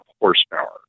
horsepower